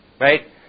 right